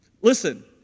Listen